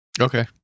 Okay